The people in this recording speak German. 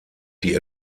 die